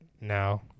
now